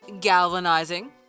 Galvanizing